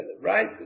right